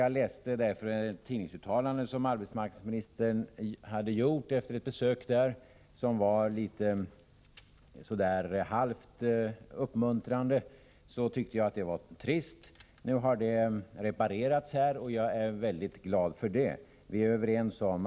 Jag tyckte därför det var trist att i en tidning läsa att arbetsmarknadsministern efter ett besök på Radio Stockholm uttalat sig endast halvt uppmuntrande om verksamheten. Nu har detta emellertid reparerats här, och jag är väldigt glad för det.